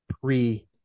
pre